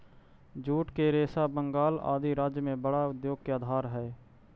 jute के रेशा बंगाल आदि राज्य में बड़ा उद्योग के आधार हई